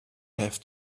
have